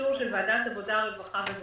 אישור של ועדת העבודה, הרווחה והבריאות.